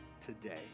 today